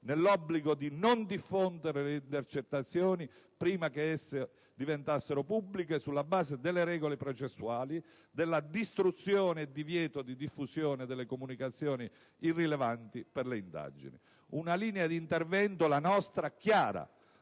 nell'obbligo di non diffondere le intercettazioni prima che esse diventassero pubbliche sulla base delle regole processuali, della distruzione e del divieto di diffusione delle comunicazioni irrilevanti per le indagini. Una linea di intervento, la nostra, chiara,